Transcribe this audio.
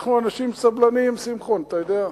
אנחנו אנשים סבלנים, שמחון, אתה יודע.